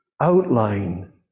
outline